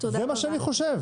זה מה שאני חושב.